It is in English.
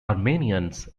armenians